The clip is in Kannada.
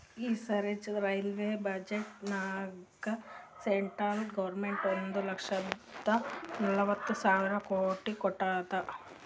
ಈ ಸರಿ ರೈಲ್ವೆ ಬಜೆಟ್ನಾಗ್ ಸೆಂಟ್ರಲ್ ಗೌರ್ಮೆಂಟ್ ಒಂದ್ ಲಕ್ಷದ ನಲ್ವತ್ ಸಾವಿರ ಕೋಟಿ ಕೊಟ್ಟಾದ್